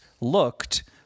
looked